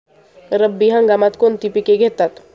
रब्बी हंगामात कोणती पिके घेतात?